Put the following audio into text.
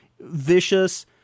vicious